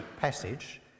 passage